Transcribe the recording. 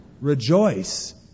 Rejoice